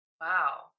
Wow